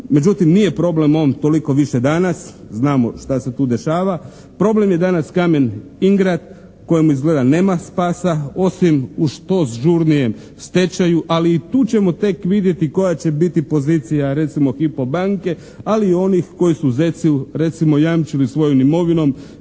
Međutim, nije problem on toliko više danas, znamo što se tu dešava, problem je danas Kamen Ingrad kojemu izgleda nema spasa, osim u što žurnijem stečaju, ali i tu ćemo tek vidjeti koja će biti pozicija recimo Hypo banke, ali i onih koji su Zecu recimo jamčili svojom imovinom,